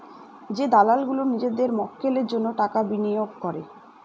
যে দালাল গুলো নিজেদের মক্কেলের জন্য টাকা বিনিয়োগ করে